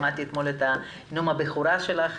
שמעתי אתמול את נאום הבכורה שלך,